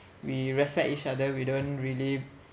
we respect each other we don't really